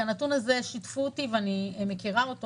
הנתון הזה שיתפו אותי ואני מכירה אותו.